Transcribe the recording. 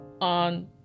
on